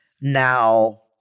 now –